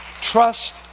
Trust